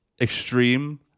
extreme